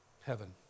heaven